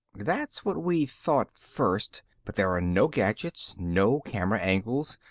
that's what we thought first, but there are no gadgets, no camera angles.